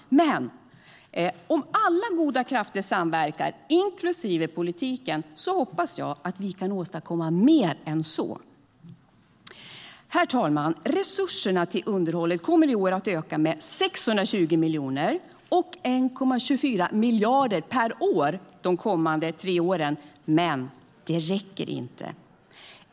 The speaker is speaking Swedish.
Men om alla goda krafter samverkar, inklusive politiken, hoppas jag att vi kan åstadkomma mer än så. Herr talman! Resurserna till underhållet kommer i år att öka med 620 miljoner och 1,24 miljarder per år de kommande tre åren. Men det räcker inte.